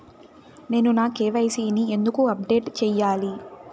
నేను నా కె.వై.సి ని ఎందుకు అప్డేట్ చెయ్యాలి?